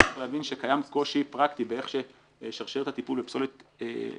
רק צריך להבין שקיים קושי פרקטי באיך ששרשרת הטיפול בפסולת מתקיימת.